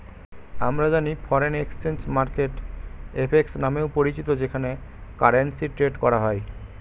আমরা জানি foreign exchange market FX নামেও পরিচিত যেখানে কারেন্সি ট্রেড করা হয়